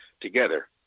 together